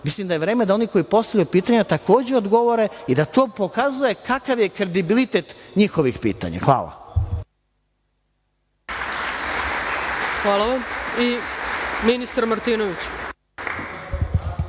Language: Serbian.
mislim da je vreme da oni koji postavljaju pitanja takođe odgovore i da to pokazuje kakav je kredibilitet njihovih pitanja. Hvala. **Ana Brnabić** Hvala vam. Ministar Martinović,